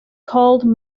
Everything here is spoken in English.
called